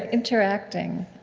interacting.